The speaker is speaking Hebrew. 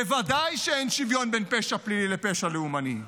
בוודאי שאין שוויון בין פשע פלילי לפשע לאומני.